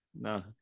no